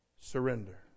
Surrender